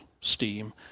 steam